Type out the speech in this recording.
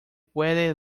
puede